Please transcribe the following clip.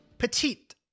Petite